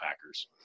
Packers